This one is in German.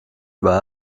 war